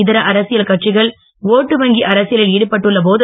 இதர அரசியல் கட்சிகள் ஓட்டு வங்கி அரசியலில் ஈடுபட்டுள்ள போது